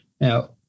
Now